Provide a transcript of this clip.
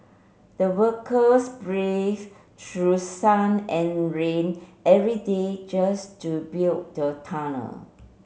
the workers braved through sun and rain every day just to build the tunnel